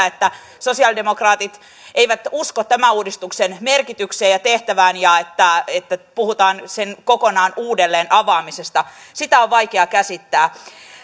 että sosialidemokraatit eivät usko tämän uudistuksen merkitykseen ja tehtävään ja se että puhutaan sen kokonaan uudelleen avaamisesta sitä on vaikea käsittää